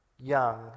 young